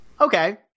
Okay